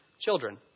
children